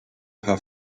paar